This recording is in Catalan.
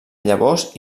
llavors